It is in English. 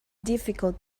difficult